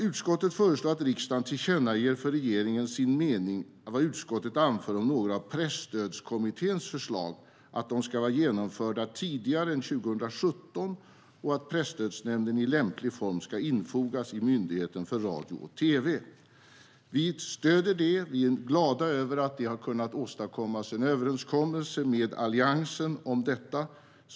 Utskottet föreslår att riksdagen tillkännager för regeringen som sin mening vad utskottet anför om att några av Presstödskommitténs förslag ska vara genomförda tidigare än 2017 och att Presstödsnämnden i lämplig form ska infogas i Myndigheten för radio och tv. Vi stöder det. Vi är glada över att det har kunnat åstadkommas en överenskommelse med Alliansen om detta.